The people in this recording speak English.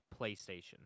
PlayStation